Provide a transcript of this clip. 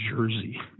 Jersey